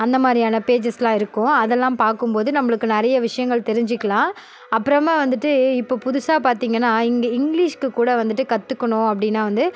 அந்த மாதிரியான பேஜஸ்லாம் இருக்கும் அதெல்லாம் பார்க்கும் போது நம்மளுக்கு நிறையா விஷயங்கள் தெரிஞ்சிக்கலாம் அப்புறமா வந்துட்டு இப்போ புதுசாக பார்த்தீங்கன்னா இங்கே இங்கிலீஷ்க்கு கூட வந்துட்டு கற்றுக்கணும் அப்படின்னா வந்து